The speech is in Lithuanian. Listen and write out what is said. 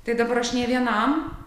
tai dabar aš nė vienam